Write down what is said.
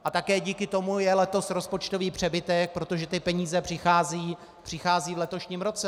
A také díky tomu je letos rozpočtový přebytek, protože ty peníze přicházejí v letošním roce.